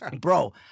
Bro